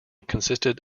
consisted